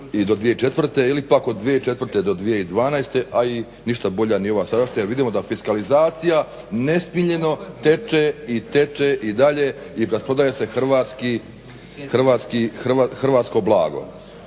do 2004.ili pak od 2004.do 2012., a i ništa bolja nije ni ova sadašnja jel vidimo da fiskalizacija nesmiljeno teče i teče i dalje i rasprodaje se hrvatsko blago.